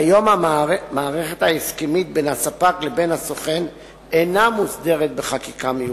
כיום המערכת ההסכמית בין הספק לבין הסוכן אינה מוסדרת בחקיקה מיוחדת,